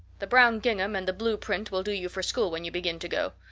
the brown gingham and the blue print will do you for school when you begin to go.